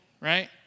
right